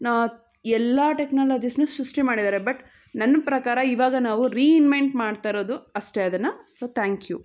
ನ ಎಲ್ಲ ಟೆಕ್ನಾಲಜಿಸನ್ನು ಸೃಷ್ಟಿ ಮಾಡಿದ್ದಾರೆ ಬಟ್ ನನ್ನ ಪ್ರಕಾರ ಇವಾಗ ನಾವು ರೀಇನ್ವೆಂಟ್ ಮಾಡ್ತಾ ಇರೋದು ಅಷ್ಟೆ ಅದನ್ನು ಸೊ ಥ್ಯಾಂಕ್ ಯು